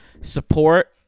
support